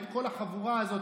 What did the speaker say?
את כל החבורה הזאת,